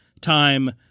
Time